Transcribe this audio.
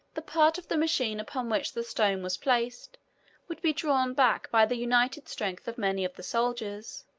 the part of the machine upon which the stone was placed would be drawn back by the united strength of many of the soldiers,